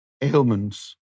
ailments